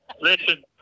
Listen